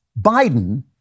Biden